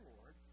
Lord